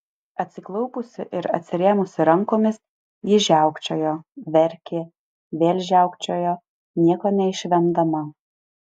atsiklaupusi ir atsirėmusi rankomis ji žiaukčiojo verkė vėl žiaukčiojo nieko neišvemdama